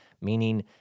meaning